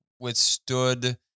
withstood